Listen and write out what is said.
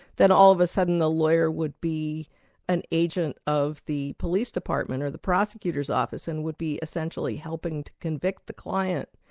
then all of a sudden the lawyer would be an agent of the police department or the prosector's office, and would be essentially helping to convict the client.